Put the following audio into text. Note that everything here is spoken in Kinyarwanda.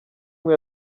umwe